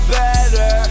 better